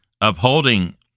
upholding